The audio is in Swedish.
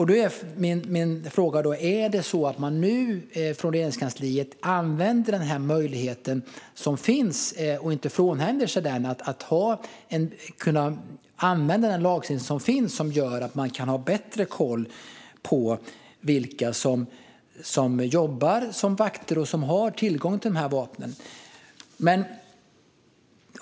Min fråga är alltså om Regeringskansliet nu använder den möjlighet som finns och inte frånhänder sig den, det vill säga använder den lagstiftning som gör att man kan ha bättre koll på vilka som jobbar som vakter och som har tillgång till dessa vapen.